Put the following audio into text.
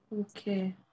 Okay